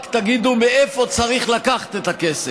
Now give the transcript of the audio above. רק תגידו מאיפה צריך לקחת את הכסף,